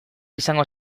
izango